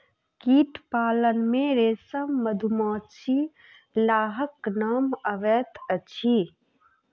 कीट पालन मे रेशम, मधुमाछी, लाहक नाम अबैत अछि